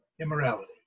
immorality